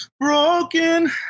broken